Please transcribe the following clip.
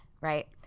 right